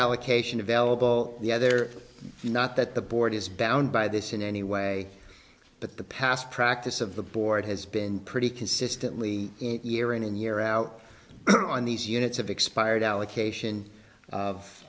allocation available the other not that the board is bound by this in any way but the past practice of the board has been pretty consistently it year in and year out on these units of expired allocation of